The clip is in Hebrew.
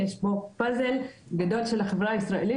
יש פה פאזל גדול של החברה הישראלית